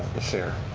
a city